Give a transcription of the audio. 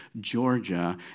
Georgia